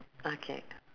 okay